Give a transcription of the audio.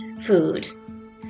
food